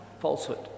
falsehood